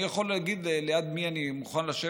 אני יכול להגיד ליד מי אני מוכן לשבת,